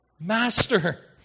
Master